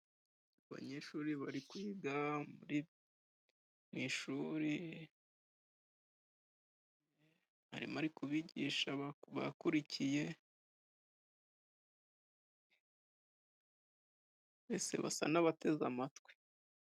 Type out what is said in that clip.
Abanyeshuri bari kwiga mu ishuri mwarimu ari kubigisha bakurikiye, mbese basa n'abateze amatwi.